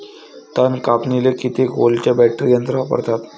तन कापनीले किती व्होल्टचं बॅटरी यंत्र वापरतात?